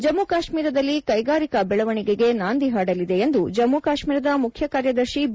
ಜಮ್ಮು ಕಾಶ್ಮೀರದಲ್ಲಿ ಕೈಗಾರಿಕಾ ಬೆಳವಣಿಗೆಗೆ ನಾಂದಿ ಹಾಡಲಿದೆ ಎಂದು ಜಮ್ಮು ಕಾಶ್ಮೀರದ ಮುಖ್ಯ ಕಾರ್ಯದರ್ಶಿ ಬಿ